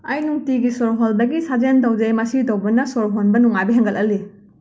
ꯑꯩ ꯅꯨꯡꯇꯤꯒꯤ ꯁꯣꯔ ꯍꯣꯟꯕꯒꯤ ꯁꯥꯖꯦꯜ ꯇꯧꯖꯩ ꯃꯁꯤ ꯇꯧꯕꯅ ꯁꯣꯔ ꯍꯣꯟꯕ ꯅꯨꯡꯉꯥꯏꯕ ꯍꯦꯟꯒꯠꯍꯜꯂꯤ